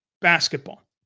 Basketball